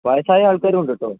വയസ്സായ ആൾക്കാരും ഉണ്ട് കേട്ടോ